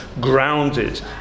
grounded